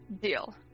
Deal